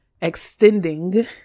Extending